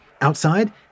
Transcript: Outside